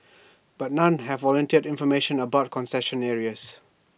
but none have volunteered information about concession areas